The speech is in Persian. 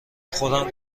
خودم